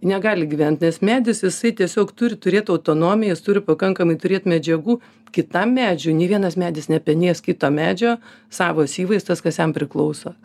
negali gyvent nes medis jisai tiesiog turi turėt autonomiją jis turi pakankamai turėt medžiagų kitam medžiui nei vienas medis nepenės kito medžio savo syvais tas kas jam priklauso